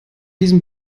diesem